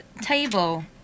table